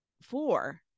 Four